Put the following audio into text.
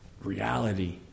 reality